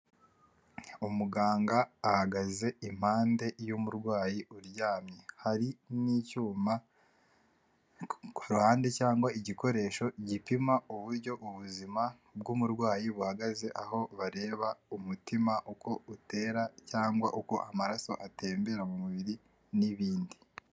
Umuganga ahagaze impande y'umurwayi uryamye hari n'icyuma kuruhande cyangwa igikoresho gipima uburyo ubuzima bw'umurwayi buhagaze aho bareba umutima uko utera cyangwa uko amaraso atembera mu mubiri n'ibindi.